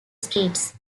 streets